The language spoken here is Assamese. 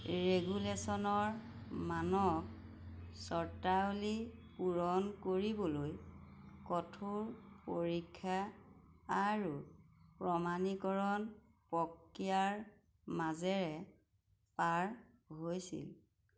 ৰেগুলেশ্যনৰ মানক চৰ্তাৱলী পূৰণ কৰিবলৈ কঠোৰ পৰীক্ষা আৰু প্ৰমাণীকৰণ প্ৰক্ৰিয়াৰ মাজেৰে পাৰ হৈছিল